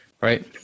right